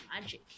magic